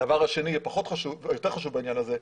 הדבר השני, יותר חשוב בעניין הזה.